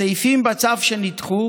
הסעיפים בצו שנדחו